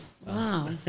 Wow